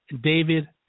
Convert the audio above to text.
David